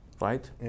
right